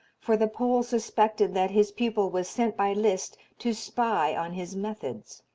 for the pole suspected that his pupil was sent by liszt to spy on his methods.